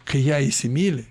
kai ją įsimyli